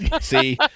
See